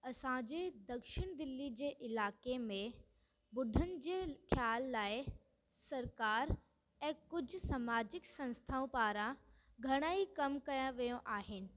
असांजे दक्षिण दिल्ली जे इलाइक़े में ॿुढनि जे ख़्याल लाइ सरकार ऐं कुझु समाजिक संस्थाऊं पारा घणाई कम कया विया आहिनि